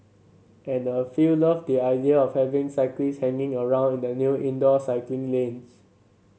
and a few loved the idea of having cyclists hanging around in the new indoor cycling lanes